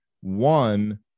One